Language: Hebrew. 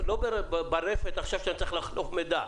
אני לא ברפת עכשיו שאני צריך לחלוב מידע.